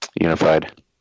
unified